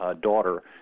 daughter